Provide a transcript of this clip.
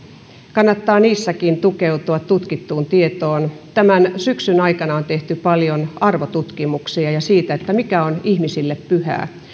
kannattaa niissäkin tukeutua tutkittuun tietoon tämän syksyn aikana on tehty paljon arvotutkimuksia siitä mikä on ihmisille pyhää